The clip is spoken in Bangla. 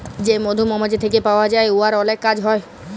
যে মধু মমাছি থ্যাইকে পাউয়া যায় উয়ার অলেক কাজ হ্যয়